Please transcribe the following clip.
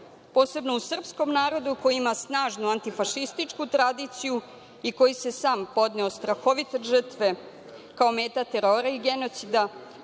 posebno u srpskom narodu koji ima snažnu antifašističku tradiciju i koji je i sam podneo strahovite žrtve kao meta terora i genocida,